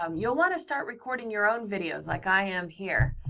um you'll want to start recording your own videos like i am here.